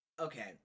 Okay